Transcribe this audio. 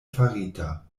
farita